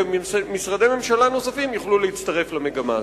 ומשרדי ממשלה נוספים יוכלו להצטרף למגמה הזאת.